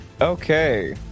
Okay